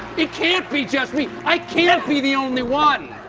it can't be just me. i can't be the only one!